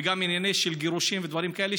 וגם עניינים של גירושים ודברים כאלה,